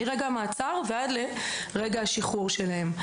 מרגע המעצר ועד לרגע השחרור שלהם.